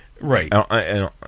Right